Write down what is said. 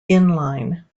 inline